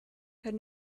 had